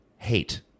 hate